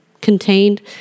contained